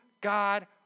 God